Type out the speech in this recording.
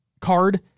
card